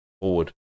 forward